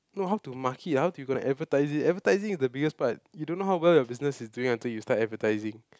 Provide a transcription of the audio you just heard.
no how to market how do you gonna advertise it advertising is the biggest part you don't know how well your business is doing until you start advertising